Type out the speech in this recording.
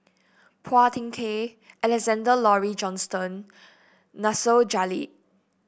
Phua Thin Kiay Alexander Laurie Johnston Nasir Jalil